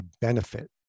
benefit